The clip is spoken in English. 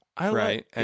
Right